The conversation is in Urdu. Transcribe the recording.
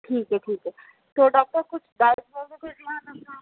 ٹھیک ہے ٹھیک ہے تھوڑا سا کچھ